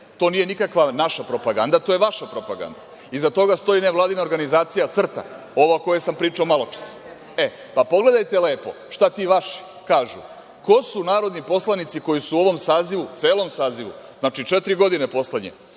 to nije nikakva naša propaganda, to je vaša propaganda, iza toga stoji nevladina organizacija CRTA, ova o kojoj sam pričao maločas, pa pogledajte lepo šta ti vaši kažu, ko su narodni poslanici koji su u ovom sazivu, celom sazivu, znači poslednje